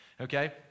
Okay